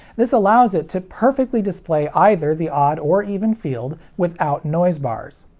this allows it to perfectly display either the odd or even field without noise bars.